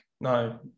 No